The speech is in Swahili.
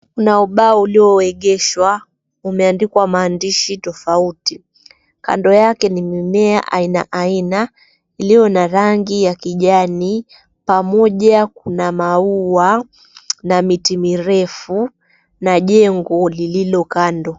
Ubao uliyoegeshwa umeandikwa maandishi tofauti kando yake ni mimea aina aina iliyo na rangi ya kijani pamoja kuna maua na miti mirefu na jengo lililo kando.